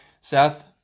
Seth